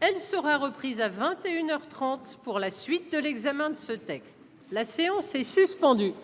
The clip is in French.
Elle sera reprise à 21 heures 30 pour la suite de l'examen de ce texte, la séance est suspendue.